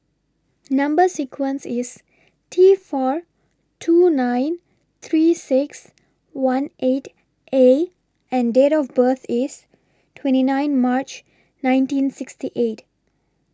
Number sequence IS T four two nine three six one eight A and Date of birth IS twenty nine March nineteen sixty eight